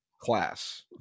class